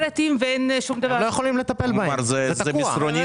הם לא יכולים לטפל בהם, זה תקוע.